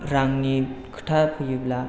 रांनि खोथा फैयोब्ला